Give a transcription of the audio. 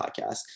podcast